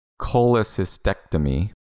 cholecystectomy